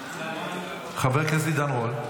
חבר הכנסת עידן רול.